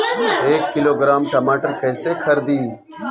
एक किलोग्राम टमाटर कैसे खरदी?